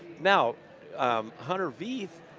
now hunter veith,